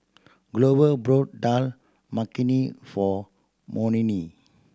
Glover brought Dal Makhani for Monnie